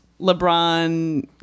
LeBron